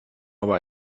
aber